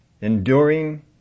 Enduring